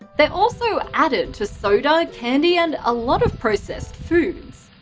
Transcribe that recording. they're also added to soda, and candy and a lot of processed foods.